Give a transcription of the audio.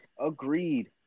Agreed